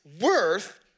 worth